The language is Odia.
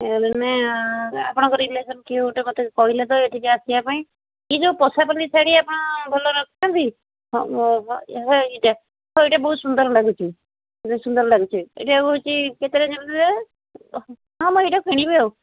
ଏ ମାନେ ଆପଣଙ୍କ ରିଲେସନ୍ କିଏ ଗୋଟେ ମୋତେ କହିଲେ ତ ଏଠିକି ଆସିବା ପାଇଁ ଏ ଯେଉଁ ପଶାପାଲି ଶାଢ଼ୀ ଆପଣ ଭଲ ରଖିଛନ୍ତି ହଁ ଏଇଟା ହଁ ଏଇଟା ବହୁତ ସୁନ୍ଦର ଲାଗୁଛି ବହୁତ ସୁନ୍ଦର ଲାଗୁଛି ଏଇଟା ହେଉଛି କେତେ ରେଞ୍ଜ୍ ଭିତରେ ହଁ ମୁଁ ଏଇଟା କିଣିବି ଆଉ